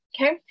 okay